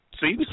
See